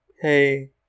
hey